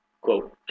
quote